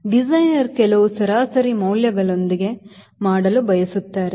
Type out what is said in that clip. designer ಕೆಲವು ಸರಾಸರಿ ಮೌಲ್ಯಗಳೊಂದಿಗೆ ಮಾಡಲು ಬಯಸುತ್ತಾರೆ